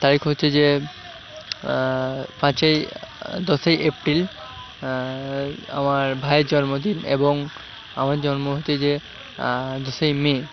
তারিখ হচ্ছে যে পাঁচই দশই এপ্রিল আমার ভাইয়ের জন্মদিন এবং আমার জন্ম হচ্ছে যে দশই মে